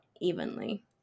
evenly